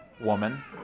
woman